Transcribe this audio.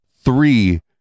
three